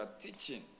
teaching